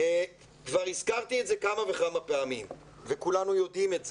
כבר הזכרתי את זה כמה וכמה פעמים וכולנו יודעים את זה,